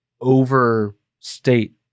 overstate